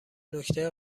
نکته